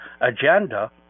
agenda